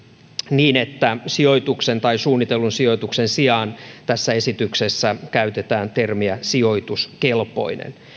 niin että sijoituksen tai suunnitellun sijoituksen sijaan tässä esityksessä käytetään termiä sijoituskelpoinen